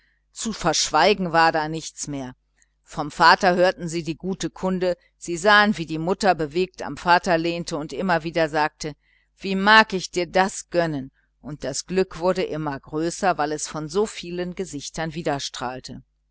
zu verschweigen war da nichts mehr vom vater hörten sie die gute kunde sie sahen wie die mutter bewegt am vater lehnte und immer wieder sagte wie mag ich dir das gönnen und das glück war immer größer weil es von so vielen gesichtern